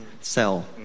sell